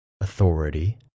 authority